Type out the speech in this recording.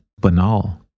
banal